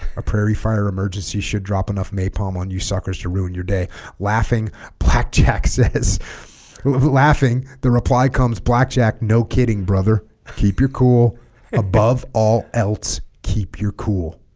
a prairie fire emergency should drop enough napalm on you suckers to ruin your day laughing blackjack says laughing the reply comes blackjack no kidding brother keep your cool above all else keep your cool